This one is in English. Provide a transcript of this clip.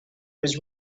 was